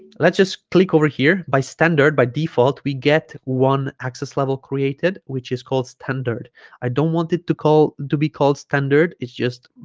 let's just click over here by standard by default we get one access level created which is called standard i don't want it to call to be called standard it's just